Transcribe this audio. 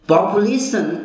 Population